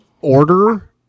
order